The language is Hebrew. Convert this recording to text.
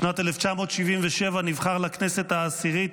בשנת 1977 נבחר לכנסת העשירית